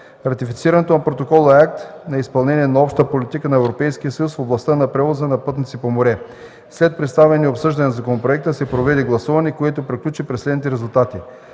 Ратифицирането на протокола е акт на изпълнение на общата политика на Европейския съюз в областта на превоза на пътници по море. След представяне и обсъждане на законопроекта се проведе гласуване, което приключи при следните резултати: